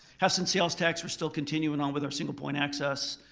half cent sales tax are still continuing on with our single point access.